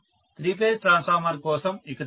three phase transformer కోసం ఇక చాలు